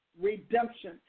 redemption